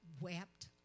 wept